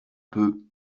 peu